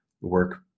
work